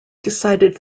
decided